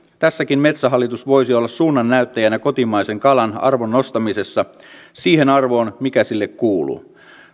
tässäkin metsähallitus voisi olla suunnannäyttäjänä kotimaisen kalan arvon nostamisessa siihen arvoon mikä sille kuuluu